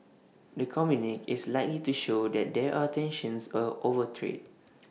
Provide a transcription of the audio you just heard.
the communique is likely to show that there are tensions over trade